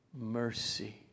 mercy